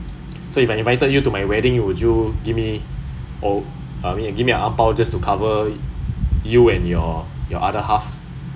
so if I invited you to my wedding would you give me or I mean give me an angpao just to cover you and your your other half